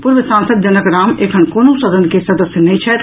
पूर्व सांसद जनक राम एखन कोनहुँ सदन के सदस्य नहिं छथि